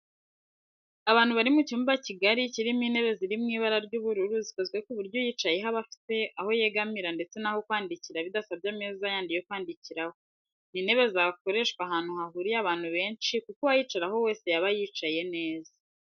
abantu bari mu cyumba kigari kirimo intebe ziri mu ibara ry'ubururu zikozwe ku buryo uyicayeho aba afite aho yegamira ndetse n'aho kwandikira bidasabye ameza yandi yo kwandikiraho. Ni intebe zakoreshwa ahantu hahuriye abantu benshi kuko uwayicaraho wese yaba yicaye neza